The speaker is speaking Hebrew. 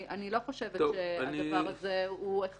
אני לא חושבת שהדבר הזה הוא הכרחי,